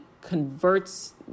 converts